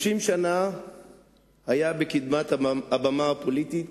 30 שנה היה בקדמת הבמה הפוליטית,